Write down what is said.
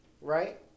right